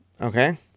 Okay